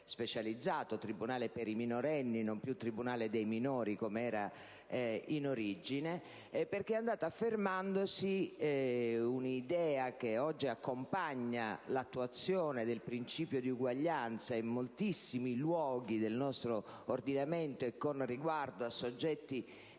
specializzato, diventato «tribunale per i minorenni» e non più «tribunale per i minori», come era in origine, perché è andata affermandosi un'idea che oggi accompagna l'attuazione del principio di uguaglianza in moltissimi luoghi del nostro ordinamento e con riguardo a soggetti